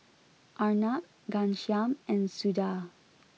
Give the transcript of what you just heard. Arnab Ghanshyam and Suda